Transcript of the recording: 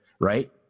right